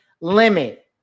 limit